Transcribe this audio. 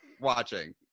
watching